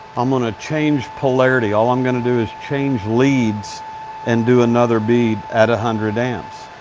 i'm gonna change polarity. all i'm gonna do is change leads and do another bead at a hundred amps.